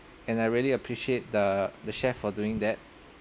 and I really appreciate the the chef for doing that